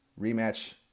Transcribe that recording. rematch